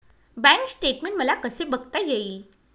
Bank statement मला कसे बघता येईल?